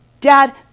Dad